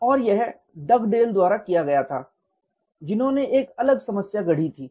और यह डगडेल द्वारा किया गया था जिन्होंने एक अलग समस्या गढ़ी थी